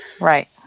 Right